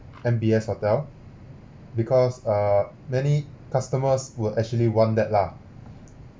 M_B_S hotel because uh many customers will actually want that lah